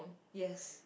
yes